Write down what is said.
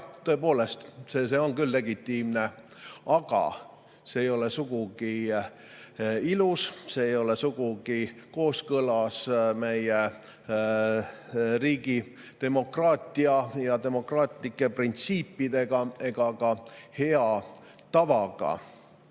see on legitiimne, aga see ei ole sugugi ilus. See ei ole sugugi kooskõlas meie riigi demokraatia ja demokraatlike printsiipidega ega ka hea